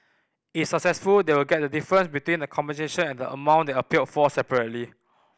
if successful they will get the difference between the compensation and the amount they appealed for separately